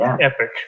Epic